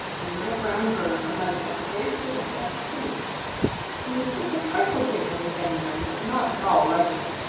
a little brown bird alighted at the very foot of the next tree. he was just a trifle bigger than jenny wren but not at all like jenny,